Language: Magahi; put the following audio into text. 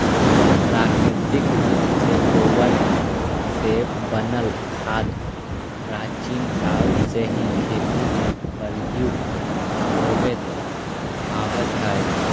प्राकृतिक रूप से गोबर से बनल खाद प्राचीन काल से ही खेती में प्रयुक्त होवित आवित हई